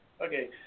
okay